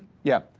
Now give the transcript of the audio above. yeah,